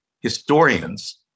historians